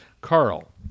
Carl